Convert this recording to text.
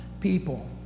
people